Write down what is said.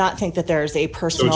not think that there is a person